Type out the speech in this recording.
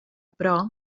però